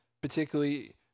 particularly